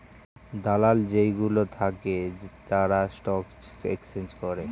দালাল যেই গুলো থাকে তারা স্টক এক্সচেঞ্জ করে